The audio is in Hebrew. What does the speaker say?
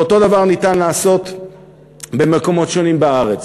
ואותו דבר ניתן לעשות במקומות שונים בארץ.